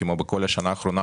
כמו בכל השנה האחרונה,